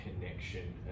connection